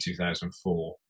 2004